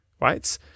right